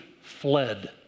fled